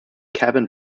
cabin